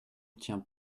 tient